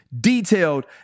detailed